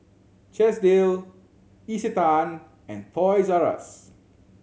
Chesdale Isetan and Toys R Us